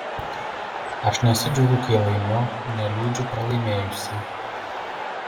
aš nesidžiaugiu kai laimiu neliūdžiu pralaimėjusi